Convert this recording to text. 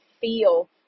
feel